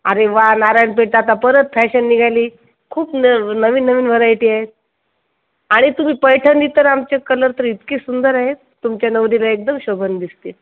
अरे वा नारायणपेठ तर आता परत फॅशन निघाली खूप न नवीन नवीन व्हरायटी आहेत आणि तुम्ही पैठणी तर आमचे कलर तर इतकी सुंदर आहेत तुमच्या नवरीला एकदम शोभून दिसतील